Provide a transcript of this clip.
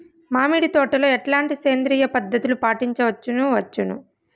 మామిడి తోటలో ఎట్లాంటి సేంద్రియ పద్ధతులు పాటించవచ్చును వచ్చును?